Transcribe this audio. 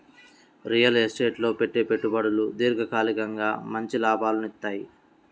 real estate లో పెట్టే పెట్టుబడులు దీర్ఘకాలికంగా మంచి లాభాలనిత్తయ్యి